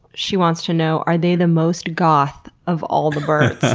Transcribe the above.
she wants to know are they the most goth of all the birds?